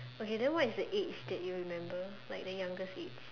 okay then what is the age that you remember like the youngest age